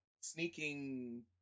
sneaking